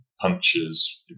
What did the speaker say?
Punches